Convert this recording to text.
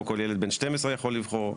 לא כל ילד בן 12 יכול לבחור.